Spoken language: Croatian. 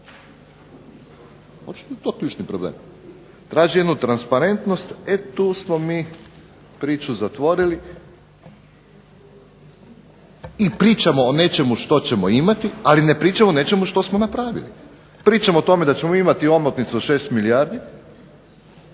je to ključni problem. Traži jednu transparentnost, e tu smo mi tu priču zatvorili i pričamo o nečemu što ćemo imati, ali ne pričamo o nečemu što smo napravili. Pričamo o tome da ćemo imati omotnicu od 6 milijardi,